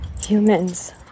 Humans